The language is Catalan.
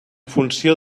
funció